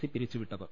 C പിരിച്ചു വിട്ടത്